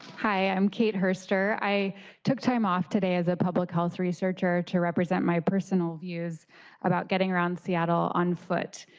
hi i am kate purser. i took time off as a public health researcher to represent my personal views about getting around seattle on foot.